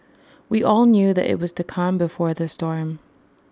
we all knew that IT was the calm before the storm